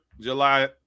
July